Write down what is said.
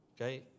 Okay